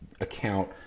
account